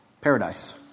Paradise